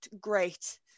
great